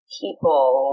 people